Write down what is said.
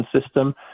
system